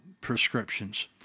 prescriptions